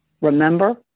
remember